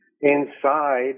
inside